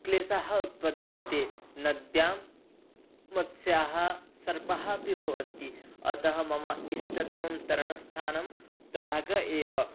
क्लेशः उत्पद्यते नद्यां मत्स्याः सर्पाः अपि भवन्ति अतः मम इष्टतमं तरणस्थानं तडागः एव